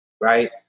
right